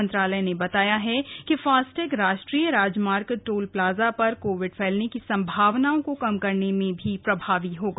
मंत्रालय ने बताया है कि फास्टैग राष्ट्रीय राजमार्ग टोल प्लाजा पर कोविड फैलने की संभावनाओं को कम करने में भी प्रभावी होगा